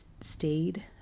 stayed